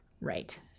Right